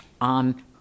on